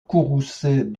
courroucée